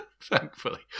Thankfully